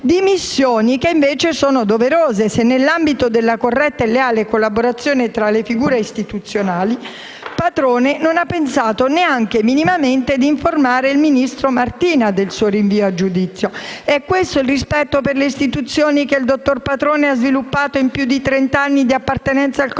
dimissioni sono ancor più doverose se, nell'ambito della corretta e leale collaborazione tra figure istituzionali, Patrone non ha pensato neanche minimamente di informare il ministro Martina del suo rinvio a giudizio. È questo il rispetto per le istituzioni che il dottor Patrone ha sviluppato in più di trent'anni di appartenenza al Corpo